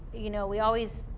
you know, we always,